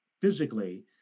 physically